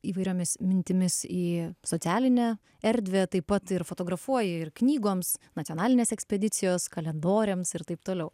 įvairiomis mintimis į socialinę erdvę taip pat ir fotografuoji ir knygoms nacionalinės ekspedicijos kalendoriams ir taip toliau